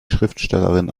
schriftstellerin